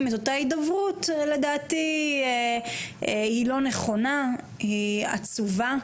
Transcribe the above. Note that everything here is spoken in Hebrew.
את אותה הידברות היא לא נכונה והיא עצובה.